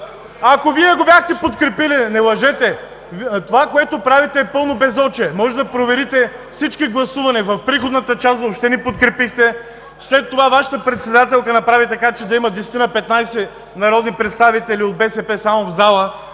и реплики от ляво.) Ааа, не лъжете! Това, което правите е пълно безочие! Можете да проверите всички гласувания. В приходната част въобще не подкрепихте, след това Вашата председателка направи така, че да има 10-15 народни представители от БСП само в залата